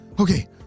Okay